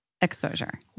exposure